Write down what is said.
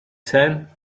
sein